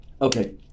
Okay